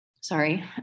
sorry